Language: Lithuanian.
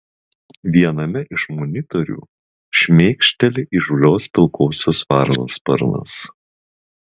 viename iš monitorių šmėkšteli įžūlios pilkosios varnos sparnas